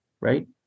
right